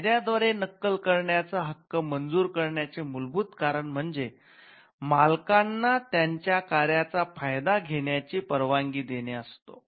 कायद्या द्वारे नक्कल करण्याचा हक्क मंजूर करण्याचे मूलभूत कारण म्हणजे मालकांना त्यांच्या कार्याचा फायदा घेण्याची परवानगी देणे हा असतो